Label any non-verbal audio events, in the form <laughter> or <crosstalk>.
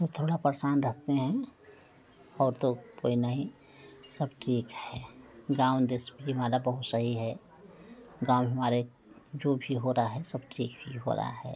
हम थोड़ा परेशान रहते हैं और तो कोई नहीं सब ठीक है गाँव देश <unintelligible> वाला बहुत सही है गाँव हमारे जो भी हो रहा है सब ठीक ही हो रहा है